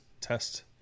test